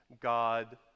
God